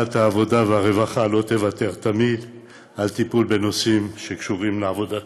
ועדת העבודה והרווחה לא תוותר תמיד על טיפול בנושאים שקשורים לעבודתה.